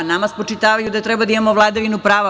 Nama spočitavaju da treba da imamo vladavinu prava.